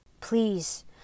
Please